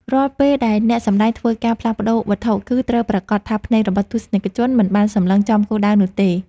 រាល់ពេលដែលអ្នកសម្តែងធ្វើការផ្លាស់ប្តូរវត្ថុគឺ ត្រូវប្រាកដថាភ្នែករបស់ទស្សនិកជនមិនបានសម្លឹងចំគោលដៅនោះទេ។